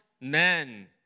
men